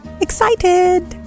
Excited